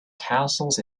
castles